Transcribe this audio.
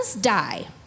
die